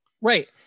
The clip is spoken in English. right